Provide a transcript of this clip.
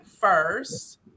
first